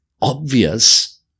obvious